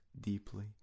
deeply